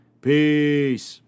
Peace